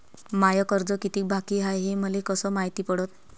माय कर्ज कितीक बाकी हाय, हे मले कस मायती पडन?